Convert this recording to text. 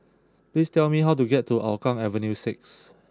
please tell me how to get to Hougang Avenue six